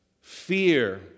Fear